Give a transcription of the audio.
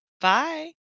Bye